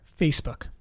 Facebook